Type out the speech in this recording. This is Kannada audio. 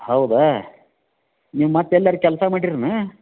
ಹೌದಾ ನೀವು ಮತ್ತೆ ಎಲ್ಲಾರೂ ಕೆಲಸ ಮಾಡ್ರೇನೂ